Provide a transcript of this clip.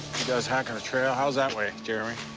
you guys hackin' a trail? how's that way, jeremy?